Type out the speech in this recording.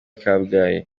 kabgayi